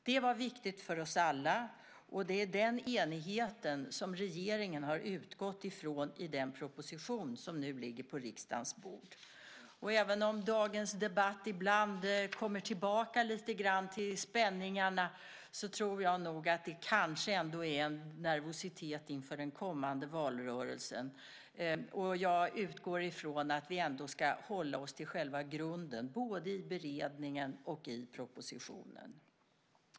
Det var viktigt för oss alla, och det är den enigheten som regeringen har utgått ifrån i den proposition som nu ligger på riksdagens bord. Även om dagens debatt ibland kommer tillbaka lite grann till spänningarna tror jag nog att det är en nervositet inför den kommande valrörelsen. Jag utgår från att vi ändå ska hålla oss till själva grunden, både i beredningen och i propositionen.